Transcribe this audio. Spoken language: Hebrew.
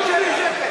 כזה.